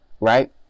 Right